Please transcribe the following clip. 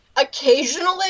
Occasionally